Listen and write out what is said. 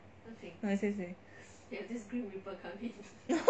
no you say you say